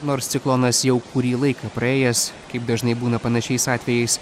nors ciklonas jau kurį laiką praėjęs kaip dažnai būna panašiais atvejais